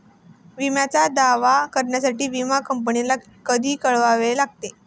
विम्याचा दावा करण्यासाठी विमा कंपनीला कधी कळवावे लागते?